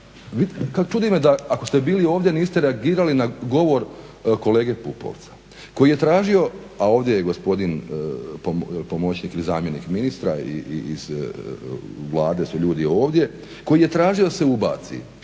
Čudi me da ako ste bili ovdje niste reagirali na govor kolege Pupovca koji je tražio, a ovdje je gospodin pomoćnik ili zamjenik ministra, iz Vlade su ljudi ovdje, koji je tražio da se ubaci